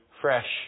fresh